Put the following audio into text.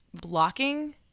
blocking